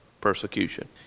persecution